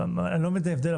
אני רק לא מבין את ההבדל,